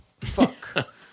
fuck